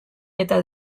eta